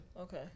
Okay